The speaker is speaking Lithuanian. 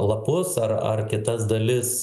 lapus ar ar kitas dalis